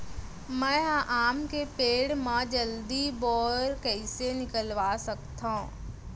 मैं ह आम के पेड़ मा जलदी बौर कइसे निकलवा सकथो?